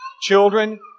Children